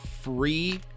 free